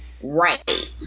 Right